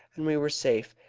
and we were safe.